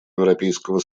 европейского